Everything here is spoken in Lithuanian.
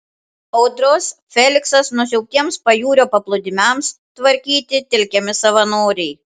audros feliksas nusiaubtiems pajūrio paplūdimiams tvarkyti telkiami savanoriai